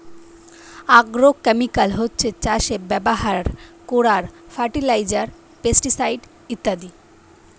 agrochemical হচ্ছে চাষে ব্যাভার কোরার ফার্টিলাইজার, পেস্টিসাইড ইত্যাদি